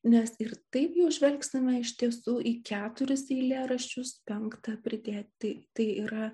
nes ir taip jau žvelgsime iš tiesų į keturis eilėraščius penktą pridėti tai yra